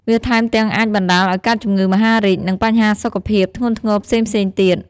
វាថែមទាំងអាចបណ្តាលឲ្យកើតជំងឺមហារីក និងបញ្ហាសុខភាពធ្ងន់ធ្ងរផ្សេងៗទៀត។